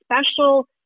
special